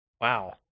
Wow